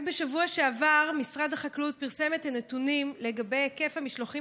רק בשבוע שעבר משרד החקלאות פרסם את הנתונים לגבי היקף המשלוחים